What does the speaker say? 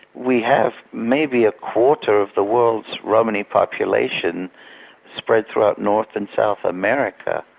we have maybe a quarter of the world's romany population spread throughout north and south america.